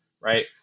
right